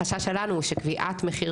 החשש שלנו הוא שלקביעת מחיר,